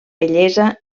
bellesa